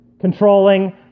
Controlling